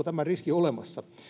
tämä riski olemassa